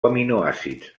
aminoàcids